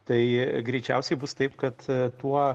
tai greičiausiai bus taip kad tuo